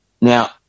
Now